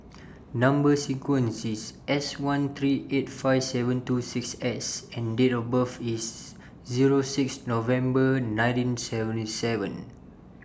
Number sequence IS S one three eight five seven two six S and Date of birth IS Zero six November nineteen seventy seven